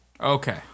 Okay